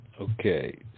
Okay